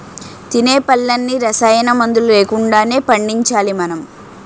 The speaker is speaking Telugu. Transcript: తినే పళ్ళన్నీ రసాయనమందులు లేకుండానే పండించాలి మనం